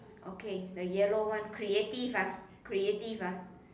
okay the yellow one creative ah creative ah